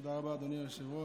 תודה רבה, אדוני היושב-ראש.